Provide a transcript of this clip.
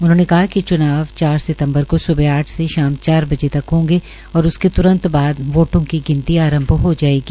उन्होंने कहा कि च्नाव चार सितम्बर को सुबह आठ से चार बते तक होंगे और उसके त्रंत बाद वोटों की गिनती आरंभ हो जायेगी